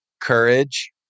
courage